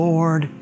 Lord